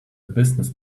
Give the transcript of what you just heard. business